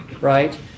right